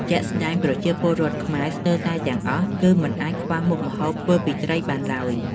ជាក់ស្តែង ប្រជាពលរដ្ឋខ្មែរស្ទើរតែទាំងអស់ គឺមិនអាចខ្វះមុខម្ហូបធ្វើពីត្រីបានឡើយ។